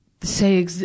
say